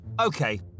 Okay